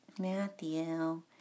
Matthew